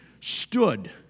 stood